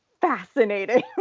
fascinating